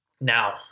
Now